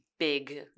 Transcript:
Big